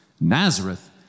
Nazareth